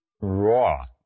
raw